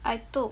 I took